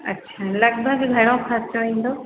अच्छा लॻिभॻि घणो खर्चो ईंदो